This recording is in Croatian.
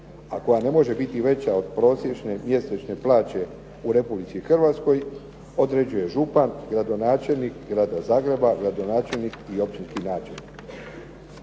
a koja ne može biti veća od prosječne mjesečne plaće u Republici Hrvatskoj određuje župan, gradonačelnik Grada Zagreba, gradonačelnik i općinski načelnik.